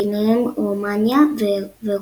ביניהן רומניה ואוקראינה.